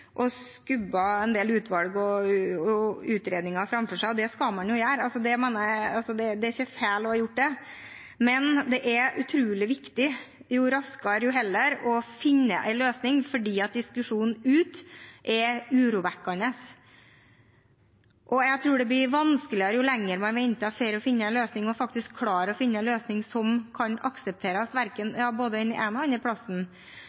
å ha påtrykk. Regjeringen har jo satt i gang en prosess for ny løsning og skubbet en del utvalg og utredninger framfor seg. Det skal man jo gjøre, det er ikke feil å ha gjort det, men det er utrolig viktig jo før, jo heller å finne en løsning, for diskusjonen ute er urovekkende. Jo lenger man venter, jo vanskeligere tror jeg det blir å klare å finne en løsning som kan aksepteres både det ene og det andre